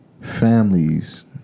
families